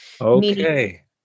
Okay